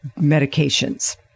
medications